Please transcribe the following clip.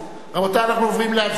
רבותי, אנחנו עוברים להצבעה.